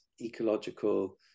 ecological